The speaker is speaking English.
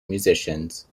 musicians